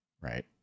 right